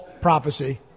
prophecy